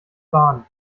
baden